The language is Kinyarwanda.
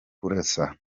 kurasa